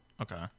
Okay